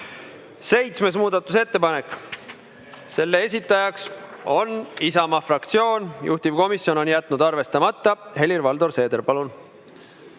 Seitsmes muudatusettepanek. Selle esitajaks on Isamaa fraktsioon ja juhtivkomisjon on jätnud arvestamata. Helir-Valdor Seeder, palun!